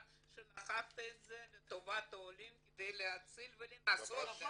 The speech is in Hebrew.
שדחפת את זה לטובת העולים כדי להציל ולנסות.